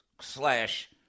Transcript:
slash